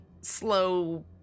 slow